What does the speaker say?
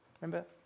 Remember